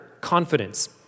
confidence